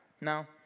No